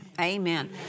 Amen